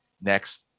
next